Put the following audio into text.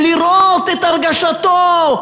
ולראות את הרגשתו,